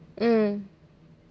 mm